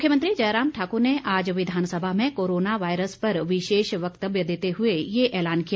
मुख्यमंत्री जयराम ठाकुर ने आज विधानसभा में कोरोना वायरस पर विशेष वक्तव्य देते हुए यह ऐलान किया